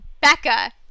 Becca